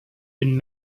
been